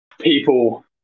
people